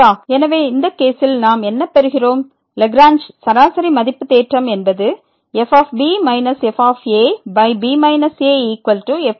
எனவே இந்த கேசில் நாம் என்ன பெறுகிறோம் லாக்ரேஞ்ச் சராசரி மதிப்பு தேற்றம் என்பது fb fb afc